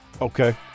Okay